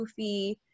poofy